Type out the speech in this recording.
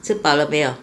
吃饱了没有